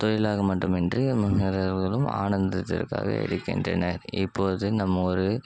தொழிலாக மட்டுமின்றி முன்னேறுவதிலும் ஆனந்தத்திற்காக எடுக்கின்றனர் இப்போது நாம் ஒரு